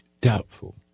doubtful